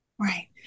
Right